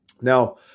now